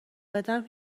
بدم